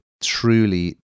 truly